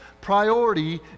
priority